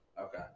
Okay